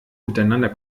miteinander